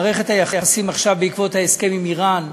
מערכת היחסים עכשיו, בעקבות ההסכם עם איראן,